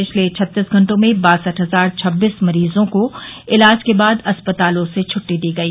पिछले छत्तीस घंटों में बासठ हजार छब्बीस मरीजों को इलाज के बाद अस्पतालों से छूटटी दी गई